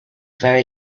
very